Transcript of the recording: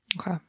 Okay